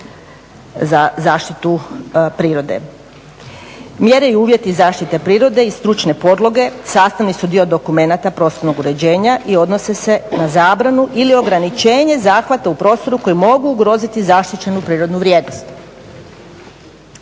za zaštitu prirode. Mjere i uvjeti zaštite prirode i stručne podloge sastavni su dio dokumenata prostornog uređenja i odnose se na zabranu ili ograničenje zahvata u prostoru koji mogu ugroziti zaštićenu prirodnu vrijednost.